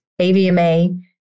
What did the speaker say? AVMA